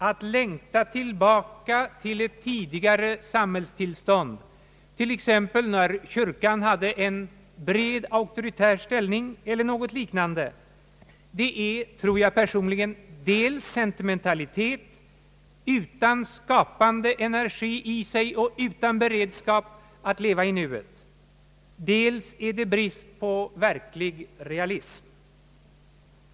Att längta tillbaka till ett tidigare samhällstillstånd, t.ex. när kyrkan hade en bred auktoritär ställning eller något liknande, är, tror jag personligen, dels sentimentalitet utan skapande energi i sig och utan beredskap att leva i nuet, dels en brist på verklig realism.